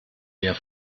der